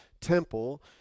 temple